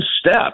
step